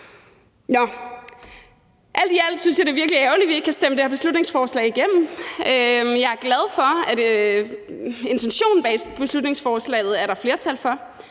Alt i alt synes jeg, det er virkelig ærgerligt, at vi ikke kan stemme det her beslutningsforslag igennem. Jeg er glad for, at intentionen bag beslutningsforslaget er der flertal for.